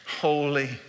holy